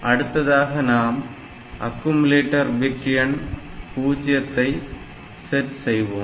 அடுத்ததாக நாம் accumulator bit எண் 0 ஐ செட் செய்வோம்